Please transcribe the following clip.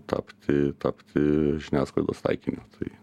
tapti tapti žiniasklaidos taikiniu tai